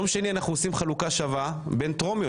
ביום שני אנחנו עושים חלוקה שווה בין טרומיות.